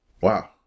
Wow